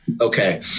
Okay